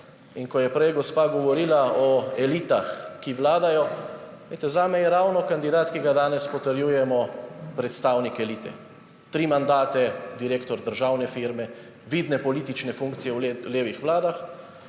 In ko je prej gospa govorila o elitah, ki vladajo, glejte, zame je ravno kandidat, ki ga danes potrjujemo, predstavnik elite – tri mandate direktor državne firme, vidne politične funkcije v levih vladah.